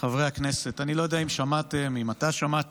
חברי הכנסת, אני לא יודע אם שמעתם, אם אתה שמעת,